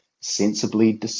sensibly